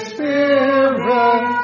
Spirit